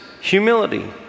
humility